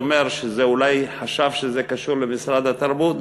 שאולי זה קשור למשרד התרבות,